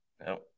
No